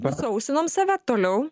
nusausinom save toliau